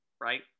Right